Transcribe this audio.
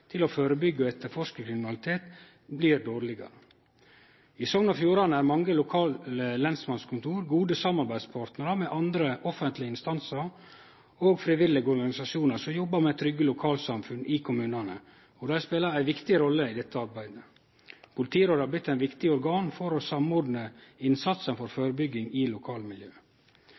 til å førebyggje og etterforske kriminalitet blir dårlegare. I Sogn og Fjordane er mange lokale lensmannskontor gode samarbeidspartnarar med andre offentlege instansar og frivillige organisasjonar som jobbar med trygge lokalsamfunn i kommunane, og dei spelar ei viktig rolle i dette arbeidet. Politiråd har blitt eit viktig organ for å samordne innsatsen for førebygging i